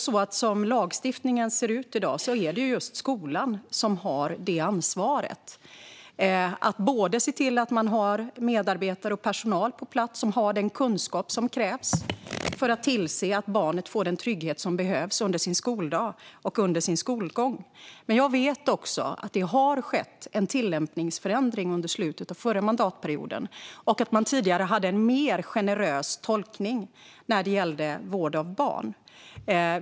Som lagstiftningen ser ut i dag är det just skolan som har ansvaret att se till att man har medarbetare på plats som har den kunskap som krävs för att tillse att barnet får den trygghet som behövs under skoldagen och under skolgången. Men jag vet också att det skedde en tillämpningsförändring under slutet av förra mandatperioden och att man tidigare hade en mer generös tolkning när det gällde vård av barn.